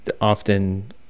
often